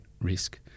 risk